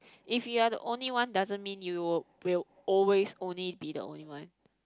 if you are the only one doesn't mean you'll will always only be the only one